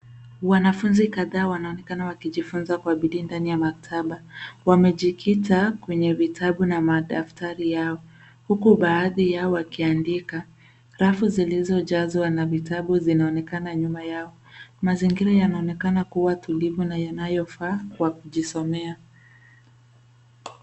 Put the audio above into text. Wanafunzi kadhaa wanaonekana wakijifunza kwa bidii ndani ya maktaba. Wamejikita kwenye vitabu na madaftari yao, huku baadhi yao wakiandika rafu zilizojazwa na vitabu zinaonekana nyuma yao. Mazingira yanaonekana kua tulivu na yanayofaa kwa kujisomea.